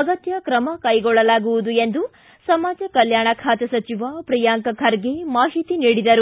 ಅಗತ್ಯ ಕ್ರಮ ಕೈಗೊಳ್ಳಲಾಗುವುದು ಎಂದು ಸಮಾಜ ಕಲ್ಲಾಣ ಖಾತೆ ಸಚಿವ ಪ್ರಿಯಾಂಕ್ ಖರ್ಗೆ ಮಾಹಿತಿ ನೀಡಿದರು